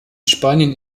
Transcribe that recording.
spanien